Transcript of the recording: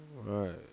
Right